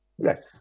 Yes